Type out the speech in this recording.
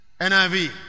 NIV